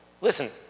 listen